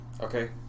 Okay